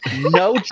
No